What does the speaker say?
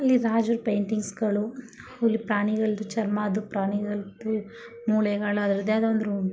ಅಲ್ಲಿ ರಾಜ್ರ ಪೇಂಟಿಂಗ್ಸ್ಗಳು ಅಲ್ಲಿ ಪ್ರಾಣಿಗಳದ್ದು ಚರ್ಮ ಅದು ಪ್ರಾಣಿಗಳದ್ದು ಮೂಳೆಗಳ ಹೃದಯದ ಒಂದು ರೂಮ್